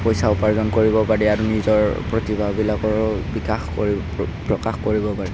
পইচা উপাৰ্জন কৰিব পাৰি আৰু নিজৰ প্ৰতিভাবিলাকৰো বিকাশ কৰি প্ৰ প্ৰকাশ কৰিব পাৰি